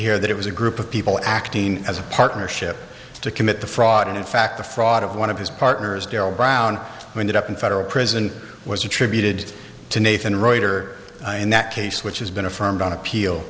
here that it was a group of people acting as a partnership to commit the fraud and in fact the fraud of one of his partners darryl brown wind up in federal prison was attributed to nathan reuter in that case which has been affirmed on appeal